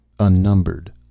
Unnumbered